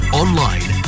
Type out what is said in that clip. online